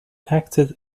acted